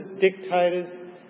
dictators